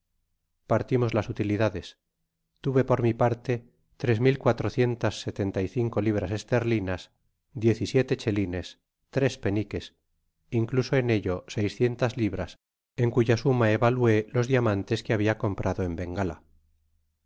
partimos las utilidades tuve por mi parte tres mil cuatrocientas setenta y cinco libras esterlinas diez y siete chelines tres peniques incluso en ello seiscientas libras en cuya suma evalué los diamantes que habia comprado en bengala